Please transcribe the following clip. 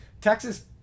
Texas